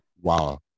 Wow